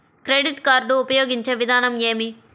Credit card ఉపయోగించే విధానం ఏమి?